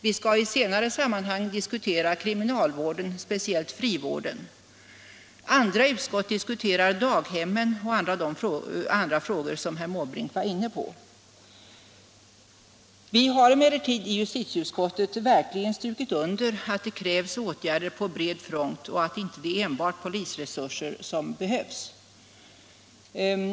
Vi skall i senare sammanhang diskutera kriminalvården, speciellt frivården. Andra utskott diskuterar daghemmen och andra frågor som herr Måbrink var inne på. Vi har emellertid i justitieutskottet verk ligen strukit under att det krävs åtgärder på bred front och att det inte enbart är polisresurser som behövs.